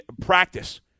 practice